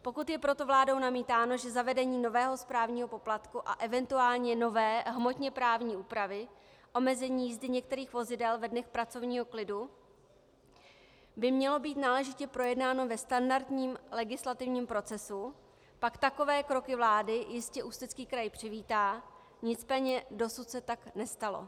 Pokud je proto vládou namítáno, že zavedení nového správního poplatku a eventuálně nové hmotněprávní úpravy omezení jízdy některých vozidel ve dnech pracovního klidu by mělo být náležitě projednáno ve standardním legislativním procesu, pak takové kroky vlády jistě Ústecký kraj přivítá, nicméně dosud se tak nestalo.